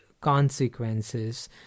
consequences